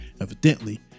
Evidently